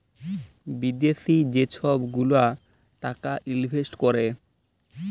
বিদ্যাশি যে ছব গুলা টাকা ইলভেস্ট ক্যরে